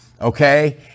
okay